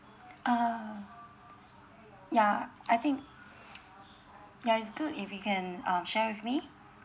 uh yeah I think ya it's good if we can um share with me